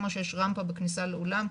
כמו שיש רמפה בכניסה לאולם,